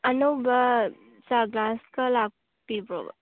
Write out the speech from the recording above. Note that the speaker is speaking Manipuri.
ꯑꯅꯧꯕ ꯆꯥ ꯒ꯭ꯂꯥꯁꯀ ꯂꯥꯛꯄꯤꯕ꯭ꯔꯣꯕ